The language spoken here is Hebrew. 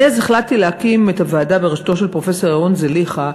אני אז החלטתי להקים את הוועדה בראשותו של פרופסור ירון זליכה,